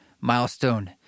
milestone